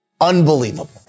unbelievable